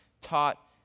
taught